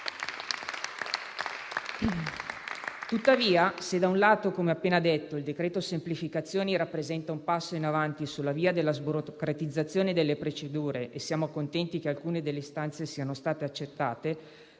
Tuttavia, se da un lato - come appena detto - il decreto-legge semplificazioni rappresenta un passo in avanti sulla via della sburocratizzazione delle procedure - e siamo contenti che alcune delle istanze siano state accettate